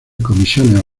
comisiones